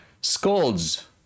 scolds